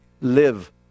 live